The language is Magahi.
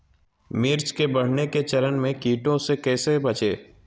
मिर्च के बढ़ने के चरण में कीटों से कैसे बचये?